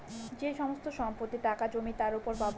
যে সমস্ত সম্পত্তি, টাকা, জমি তার উপর পাবো